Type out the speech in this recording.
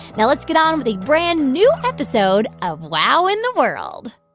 now let's get on with a brand-new episode of wow in the world